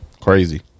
crazy